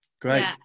great